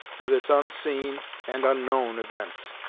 with its unseen and unknown events.